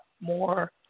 more